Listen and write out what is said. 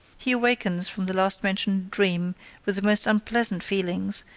he awakens from the last-mentioned dream with the most unpleasant feelings,